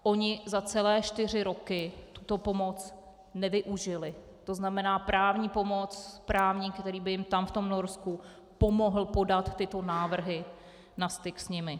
Oni za celé čtyři roky tuto pomoc nevyužili, to znamená právní pomoc, právník, který by jim tam v Norsku pomohl podat tyto návrhy na styk s nimi.